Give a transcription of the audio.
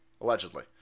Allegedly